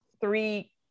three